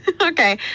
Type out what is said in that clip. Okay